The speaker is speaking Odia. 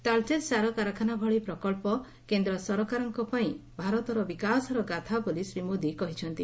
ତାଳଚେର ସାର କାରଖାନା ଭଳି ପ୍ରକଳ୍ପ କେନ୍ଦ ସରକାରଙ୍କ ପାଇଁ ଭାରତର ବିକାଶର ଗାଥା ବୋଲି ଶ୍ରୀ ମୋଦି କହିଛନ୍ତି